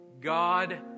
God